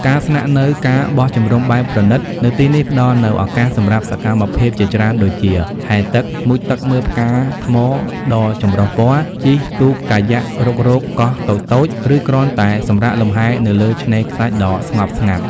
ការស្នាក់នៅ ការបោះជំរំបែបប្រណីត នៅទីនេះផ្តល់នូវឱកាសសម្រាប់សកម្មភាពជាច្រើនដូចជា ហែលទឹក មុជទឹកមើលផ្កាថ្មដ៏ចម្រុះពណ៌ ជិះទូកកាយ៉ាក់រុករកកោះតូចៗ ឬគ្រាន់តែសម្រាកលំហែនៅលើឆ្នេរខ្សាច់ដ៏ស្ងប់ស្ងាត់។